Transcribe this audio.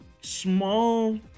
...small